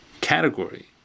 category